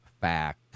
fact